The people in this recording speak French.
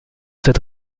cette